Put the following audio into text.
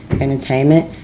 entertainment